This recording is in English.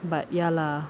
but ya lah